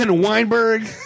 Weinberg